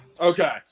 Okay